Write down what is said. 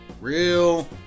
Real